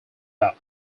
out